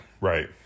Right